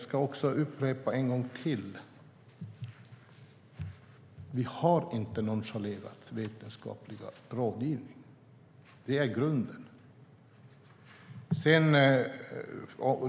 Låt mig upprepa: Vi har inte nonchalerat vetenskaplig rådgivning. Den är grunden.